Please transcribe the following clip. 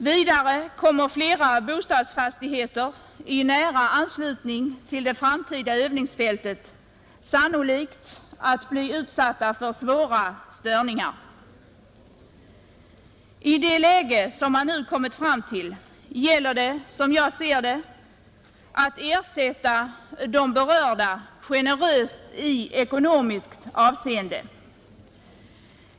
Vidare kommer flera bostadsfastigheter i nära anslutning till det framtida övningsfältet sannolikt att bli utsatta för svåra störningar. I det läge som man nu har kommit fram till gäller det, som jag ser det, att ersätta de berörda generöst i ekonomiskt avseende.